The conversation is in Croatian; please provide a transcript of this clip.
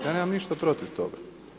Ja nemam ništa protiv toga.